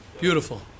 Beautiful